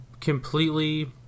completely